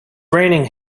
raining